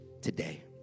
today